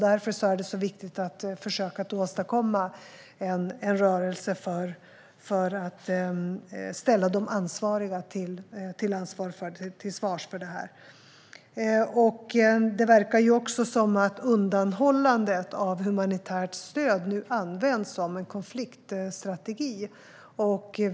Därför är det så viktigt att försöka åstadkomma en rörelse för att ställa de ansvariga till svars för detta. Det verkar också som att undanhållandet av humanitärt stöd nu används som en konfliktstrategi.